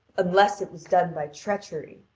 unless it was done by treachery?